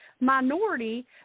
minority